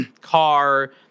car